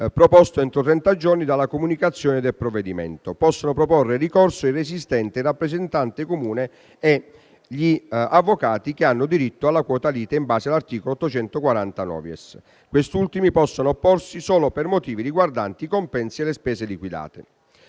proposto entro trenta giorni dalla comunicazione del provvedimento. Possono proporre ricorso il resistente, il rappresentante comune e gli avvocati che hanno diritto alla quota lite in base all'articolo 840-*novies*; questi ultimi possono opporsi solo per motivi riguardanti i compensi e le spese liquidate.